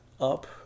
up